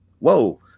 whoa